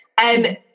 And-